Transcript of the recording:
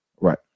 Right